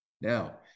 Now